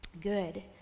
Good